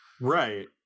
Right